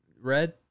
red